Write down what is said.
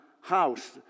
house